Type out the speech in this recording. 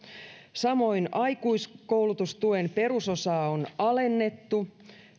samoin aikuiskoulutustuen perusosaa on alennettu